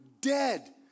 dead